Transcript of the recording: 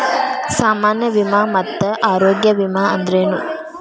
ಸಾಮಾನ್ಯ ವಿಮಾ ಮತ್ತ ಆರೋಗ್ಯ ವಿಮಾ ಅಂದ್ರೇನು?